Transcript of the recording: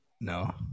No